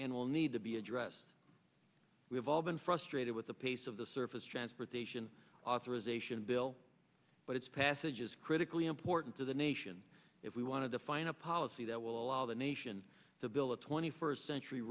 and will need to be addressed we have all been frustrated with the pace of the surface transportation authorization bill but its passage is critically important to the nation if we want to define a policy that will allow the nation to build a twenty first century